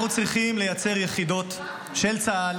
אנחנו צריכים לייצר יחידות של צה"ל